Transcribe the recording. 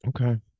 Okay